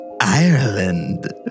Ireland